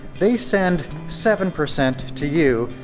they send seven percent to you,